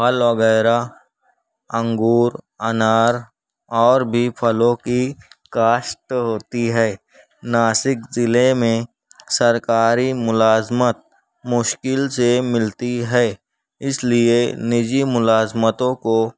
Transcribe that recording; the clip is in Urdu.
پھل وغیرہ انگور انار اور بھی پھلوں کی کاشت ہوتی ہے ناسک ضلعے میں سرکاری ملازمت مشکل سے ملتی ہے اس لیے نجی ملازمتوں کو